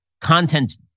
content